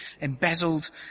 embezzled